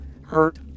hurt